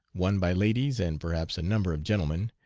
one by ladies, and, perhaps a number of gentlemen,